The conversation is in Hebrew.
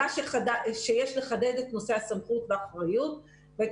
עלה שיש לחדד את נושא הסמכות והאחריות ואת